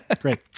great